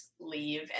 leave